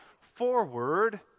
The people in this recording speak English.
forward